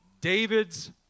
David's